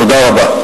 תודה רבה.